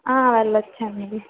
వెళ్లొచ్చండి